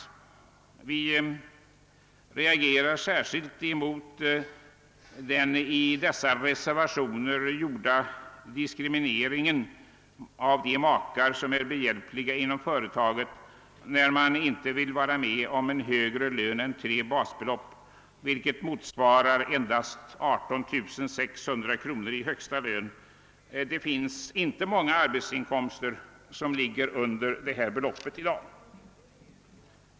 Särskilt reagerar vi emot den i dessa reservationer gjorda diskrimineringen av de makar som är behjälpliga inom företaget genom att man inte vill gå med på en högre lön än tre basbelopp, vilket motsvarar en högsta lön av endast 18 600 kr. Det finns inte många arbetsinkomster i dag som understiger detta belopp.